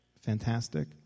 fantastic